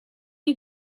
you